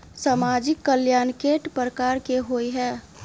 सामाजिक कल्याण केट प्रकार केँ होइ है?